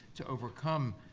to overcome